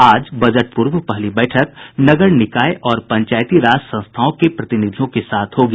आज बजट पूर्व पहली बैठक नगर निकाय और पंचायती राज संस्थाओं के प्रतिनिधियों के साथ होगी